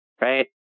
Right